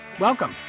Welcome